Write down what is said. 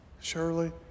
Shirley